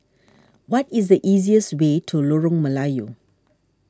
what is the easiest way to Lorong Melayu